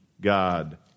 God